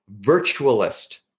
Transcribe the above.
virtualist